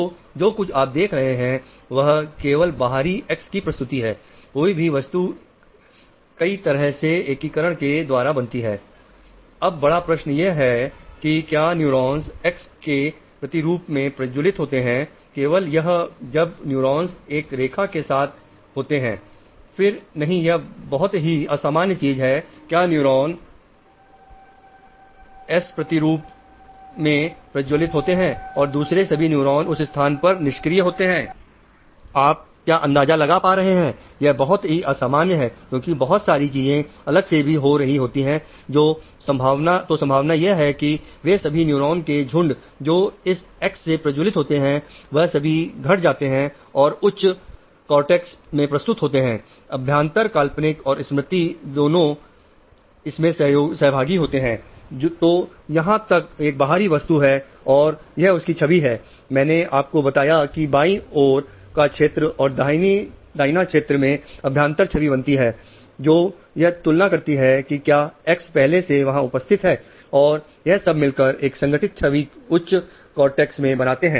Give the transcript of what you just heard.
तो जो कुछ आप देख रहे हैं वह केवल बाहरी एक्स मे बनाते हैं